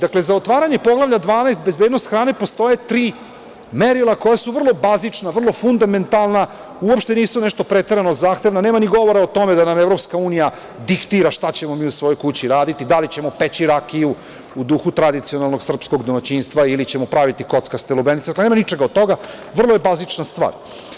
Dakle, za otvaranje Poglavlja 12 – bezbednost hrane postoje tri merila koja su vrlo bazična, vrlo fundamentalna, uopšte nisu nešto preterano zahtevna i nema ni govora o tome da nam EU diktira šta ćemo mi u svojoj kući raditi, da li ćemo peći rakiju u duhu tradicionalnog srpskog domaćinstva ili ćemo praviti kockaste lubenice, nema ničega od toga, vrlo je bazična stvar.